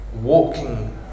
walking